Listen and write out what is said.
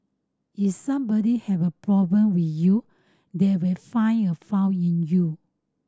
is somebody has a problem with you they will find a fault in you